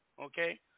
okay